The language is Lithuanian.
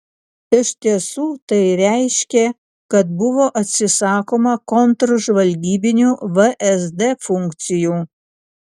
iš tiesų tai reiškė kad buvo atsisakoma kontržvalgybinių vsd funkcijų